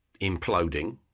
imploding